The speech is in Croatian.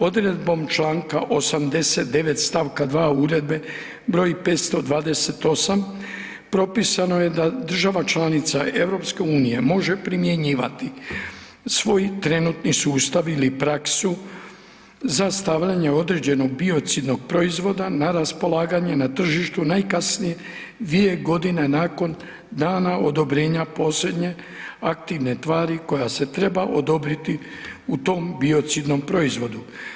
Odredbom čl. 89.st. 2. Uredbe br. 528 propisano je da država članica EU može primjenjivati svoj trenutni sustav ili praksu za stavljanje određenog biocidnog proizvoda na raspolaganje na tržištu najkasnije dvije godine nakon dana odobrenja posljednje aktivne tvari koja se treba odobriti u tom biocidnom proizvodu.